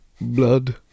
Blood